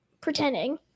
Pretending